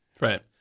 Right